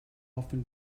often